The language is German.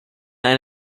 ein